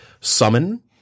summon